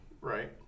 right